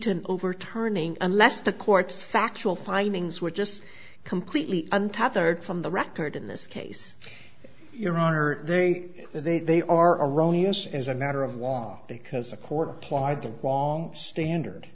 leeton overturning unless the court's factual findings were just completely untapped third from the record in this case your honor they they they are erroneous as a matter of law because the court applied the wrong standard